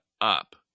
up